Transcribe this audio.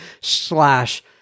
slash